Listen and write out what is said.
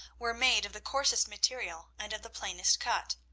were made of the coarsest material and of the plainest cut.